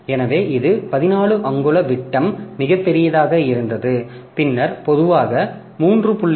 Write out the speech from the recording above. எனவே இது 14 அங்குல விட்டம் மிகப் பெரியதாக இருந்தது பின்னர் பொதுவாக 3